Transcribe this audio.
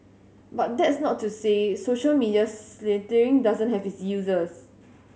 but that's not to say social media sleuthing doesn't have its users